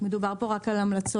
מדובר פה רק על ההמלצות.